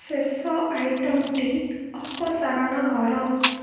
ଶେଷ ଆଇଟମ୍ଟି ଅପସାରଣ କର